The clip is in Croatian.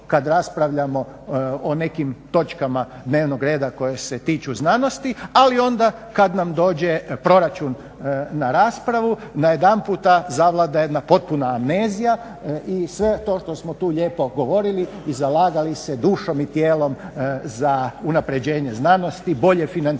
kad raspravljamo o nekim točkama dnevnog reda koje se tiču znanosti. Ali onda kad nam dođe proračun na raspravu najedanputa zavlada jedna potpuna amnezija i sve to što smo tu lijepo govorili i zalagali se dušom i tijelom za unapređenje znanosti, bolje financiranje